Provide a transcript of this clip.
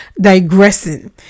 digressing